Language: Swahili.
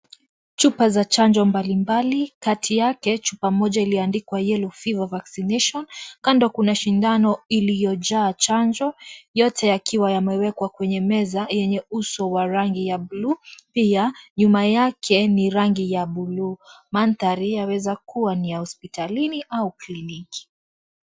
Chupa za chanjo mbalimbali kati yake chupa moja iliyoandikwa Yellow fever Vaccination . Kando kuna sindano iliyojaa chanjo, yote yakiwa yamewekwa kwenye meza yenye uso wa rangi ya bluu , pia nyuma yake ni rangi ya bluu. Mandhari yaweza kuwa ni ya hospitalini au kliniki.